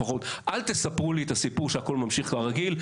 לפחות אל תספרו לי את הסיפור שהכול ממשיך כרגיל.